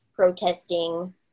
protesting